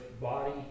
body